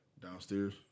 Downstairs